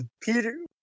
Peter